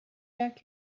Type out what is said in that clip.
back